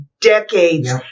decades